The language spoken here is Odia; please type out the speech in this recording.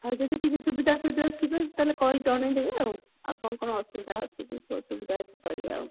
ହଉ ଯଦି କିଛି ସୁବିଧା ଅସୁବିଧା ଥିବ ତା'ହେଲେ କହି ଜଣେଇ ଦେବେ ଆଉ ଆଉ କ'ଣ କ'ଣ ଅସୁବିଧା ଅଛି କି କିଛି ଅସୁବିଧା ଅଛି କହିବେ ଆଉ